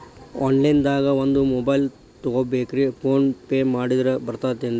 Online ದಾಗ ಒಂದ್ mobile ತಗೋಬೇಕ್ರಿ ಫೋನ್ ಪೇ ಮಾಡಿದ್ರ ಬರ್ತಾದೇನ್ರಿ?